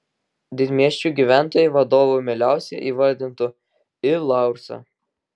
didmiesčių gyventojai vadovu mieliausiai įvardintų i laursą